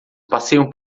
passeiam